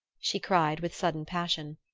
she cried with sudden passion.